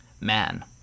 Man